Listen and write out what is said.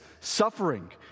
suffering